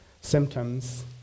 symptoms